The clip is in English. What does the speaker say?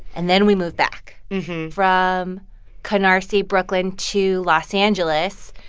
and then we moved back from canarsie, brooklyn to los angeles.